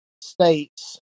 States